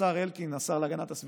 השר אלקין הסכים